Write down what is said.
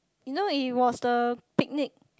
you know it was the picnic